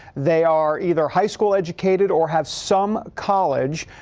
they are either high school educated or have some college.